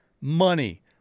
Money